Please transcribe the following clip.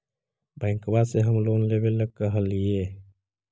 बैंकवा से हम लोन लेवेल कहलिऐ?